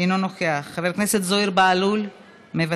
אינו נוכח, חבר הכנסת זוהיר בהלול, מוותר,